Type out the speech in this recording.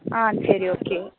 ஆ சரி ஓகே